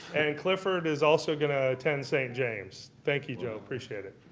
and clifford is also going to attend st. james. thank you, joe. appreciate it.